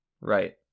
right